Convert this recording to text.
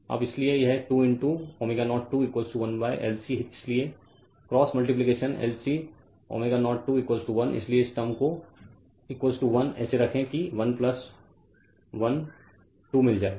अब इसलिए यह 2 ईंटो ω0 2 1LC इसलिए क्रॉस मल्टिप्लिकेशन LC ω0 2 1 इसलिए इस टर्म को 1 ऐसे रखे कि 1 1 2 मिल जाये